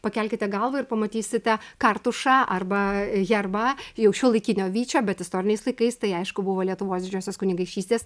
pakelkite galvą ir pamatysite kartušą arba herbą jau šiuolaikinio vyčio bet istoriniais laikais tai aišku buvo lietuvos didžiosios kunigaikštystės